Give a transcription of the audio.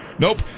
Nope